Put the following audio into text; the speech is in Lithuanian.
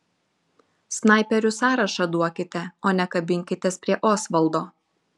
snaiperių sąrašą duokite o ne kabinkitės prie osvaldo